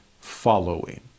following